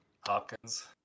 hopkins